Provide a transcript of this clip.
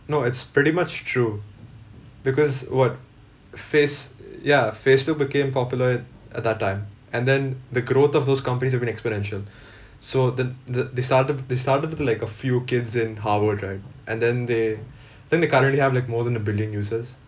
no it's pretty much true because what face ya Facebook became popular at at that time and then the growth of those companies have been exponential so the the they started they started with like a few kids in harvard right and then they then they currently have like more than a billion users